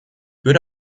würde